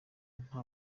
nta